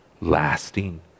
lasting